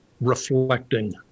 reflecting